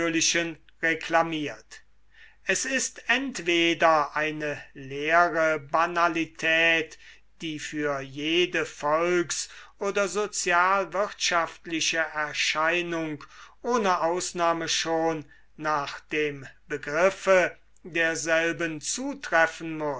reklamiert es ist entweder eine leere banalität die für jede volks oder sozialwirtschaftliche erscheinung ohne ausnahme schon nach dem begriffe derselben zutreffen